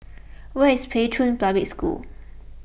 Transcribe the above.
where is Pei Chun Public School